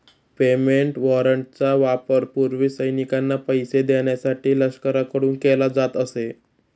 payment वॉरंटचा वापर पूर्वी सैनिकांना पैसे देण्यासाठी लष्कराकडून केला जात असे